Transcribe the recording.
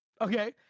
okay